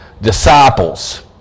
disciples